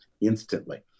instantly